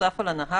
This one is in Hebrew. נוסף על הנהג,